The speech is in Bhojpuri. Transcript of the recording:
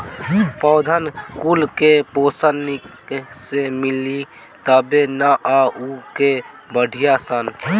पौधन कुल के पोषन निक से मिली तबे नअ उ के बढ़ीयन सन